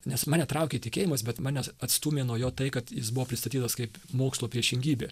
nes mane traukė tikėjimas bet mane atstūmė nuo jo tai kad jis buvo pristatytas kaip mokslo priešingybė